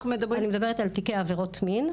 אני מדברת על תיקי עבירות מין.